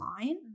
line